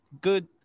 good